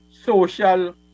social